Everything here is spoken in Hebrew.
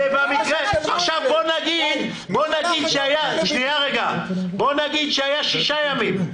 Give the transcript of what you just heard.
בוא נגיד שהיו שישה ימים,